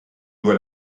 dois